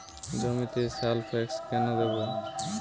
জমিতে সালফেক্স কেন দেবো?